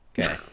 Okay